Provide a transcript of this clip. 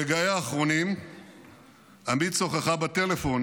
ברגעיה האחרונים עמית שוחחה בטלפון